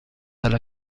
alla